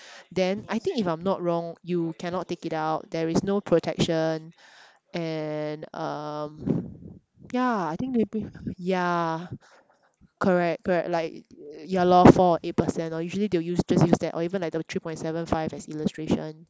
then I think if I'm not wrong you cannot take it out there is no protection and um ya I think maybe ya correct correct like ya lor four or eight percent uh usually they will use just use that or even like the three point seven five as illustration